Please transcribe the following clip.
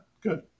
good